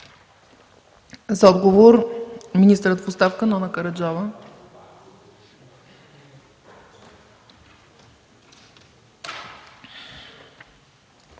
За отговор – министърът в оставка Нона Караджова.